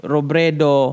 Robredo